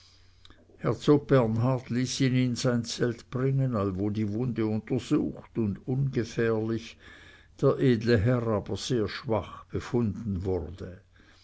sein zelt bringen allwo die wunde untersucht und ungefährlich der edle herr aber sehr schwach befunden wurde